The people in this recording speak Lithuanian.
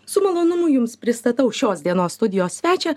su malonumu jums pristatau šios dienos studijos svečią